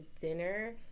dinner